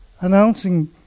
announcing